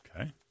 Okay